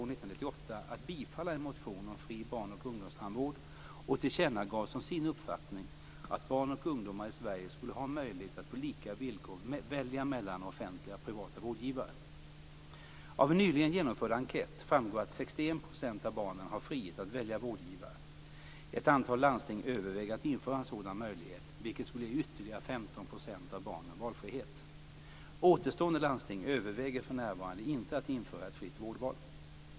att bifalla en motion om fri barn och ungdomstandvård och tillkännagav som sin uppfattning att barn och ungdomar i Sverige skulle ha möjlighet att på lika villkor välja mellan offentliga och privata vårdgivare. Av en nyligen genomförd enkät framgår att 61 % av barnen har frihet att välja vårdgivare. Ett antal landsting överväger att införa en sådan möjlighet, vilket skulle ge ytterligare 15 % av barnen valfrihet. Återstående landsting överväger för närvarande inte att införa ett fritt vårdval.